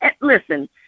Listen